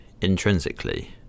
intrinsically